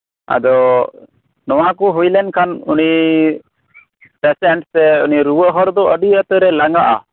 ᱟᱫᱚ ᱱᱚᱶᱟᱠᱚ ᱦᱳᱭᱞᱮᱠᱷᱟᱱ ᱩᱱᱤ ᱯᱮᱥᱮᱱᱴ ᱥᱮ ᱨᱩᱣᱟᱹᱜ ᱦᱚᱲᱫᱚ ᱟᱹᱰᱤ ᱩᱛᱟᱹᱨᱮ ᱞᱟᱸᱜᱟᱜᱼᱟ